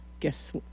guess